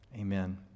amen